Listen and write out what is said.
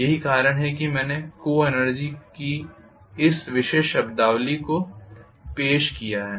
यही कारण है कि मैंने को एनर्जी की इस विशेष शब्दावली को पेश किया है